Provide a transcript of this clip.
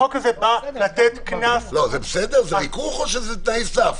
החוק הזה בא לתת קנס --- זה ריכוך או שזה תנאי סף?